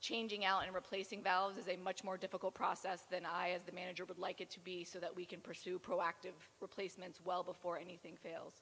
changing out and replacing valves is a much more difficult process than i as the manager would like it to be so that we can pursue proactive replacements well before anything fails